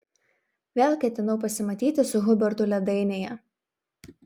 vėl ketinau pasimatyti su hubertu ledainėje